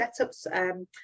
setups